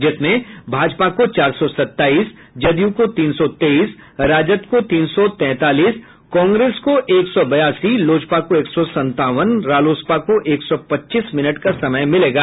जिसमें भाजपा को चार सौ सत्ताईस जदयू को तीन सौ तेईस राजद को तीन सौ तैंतालीस कांग्रेस को एक सौ बयासी लोजपा को एक सौ संतावन रालोसपा को एक सौ पच्चीस मिनट का समय मिलेगा